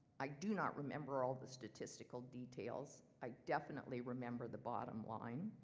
i do not remember all the statistical details. i definitely remember the bottom-line.